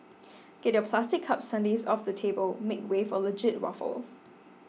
get your plastic cup sundaes off the table make way for legit waffles